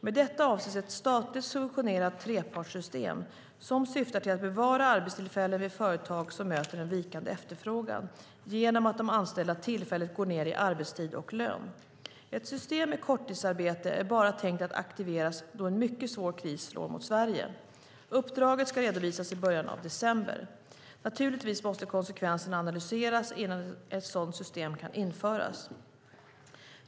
Med detta avses ett statligt subventionerat trepartssystem som syftar till att bevara arbetstillfällen vid företag som möter en vikande efterfrågan genom att de anställda tillfälligt går ned i arbetstid och lön. Ett system med korttidsarbete är bara tänkt att aktiveras då en mycket svår kris slår mot Sverige. Uppdraget ska redovisas i början av december. Naturligtvis måste konsekvenserna analyseras innan ett sådant system kan införas.